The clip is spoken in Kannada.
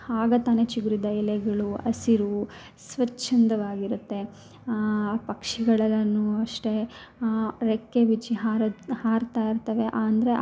ಆಗ ತಾನೇ ಚಿಗುರಿದ್ದ ಎಲೆಗಳು ಹಸಿರು ಸ್ವಚ್ಛಂದವಾಗಿರುತ್ತೆ ಪಕ್ಷಿಗಳನ್ನು ಅಷ್ಟೇ ರೆಕ್ಕೆ ಬಿಚ್ಚಿ ಹಾರೋದು ಹಾರ್ತಾ ಇರ್ತವೆ ಅಂದರೆ ಆ